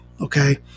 Okay